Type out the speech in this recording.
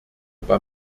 bei